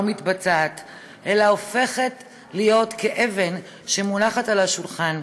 מתבצעת אלא הופכת להיות כאבן שמונחת על השולחן.